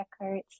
records